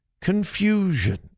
confusion